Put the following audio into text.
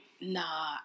nah